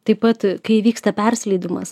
taip pat kai įvyksta persileidimas